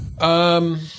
Um-